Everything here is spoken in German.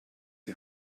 die